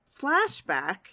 flashback